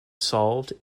solved